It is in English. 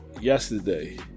yesterday